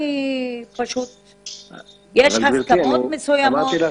יש הסכמות מסוימות?